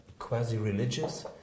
quasi-religious